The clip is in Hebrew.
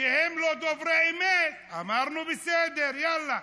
הם לא דוברי אמת, אמרנו, בסדר, יאללה.